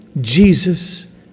Jesus